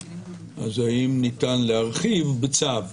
האם ניתן להרחיב בצו?